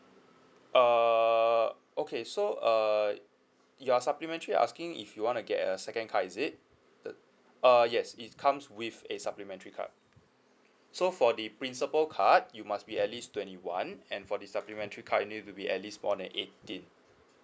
err okay so err your supplementary asking if you want to get a second card is it the uh yes it comes with a supplementary card so for the principal card you must be at least twenty one and for the supplementary card you need to be at least more than eighteen